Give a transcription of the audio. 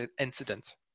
incident